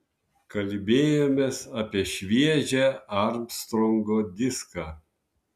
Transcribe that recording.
kalbėjomės apie šviežią armstrongo diską